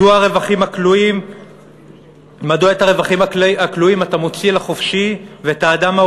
מדוע את הרווחים הכלואים אתה מוציא לחופשי ואת האדם